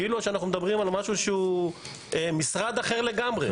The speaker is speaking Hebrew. כאילו שאנחנו מדברים על משהו שהוא משרד אחר לגמרי.